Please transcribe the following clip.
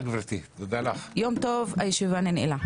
הישיבה ננעלה